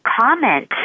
comment